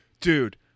dude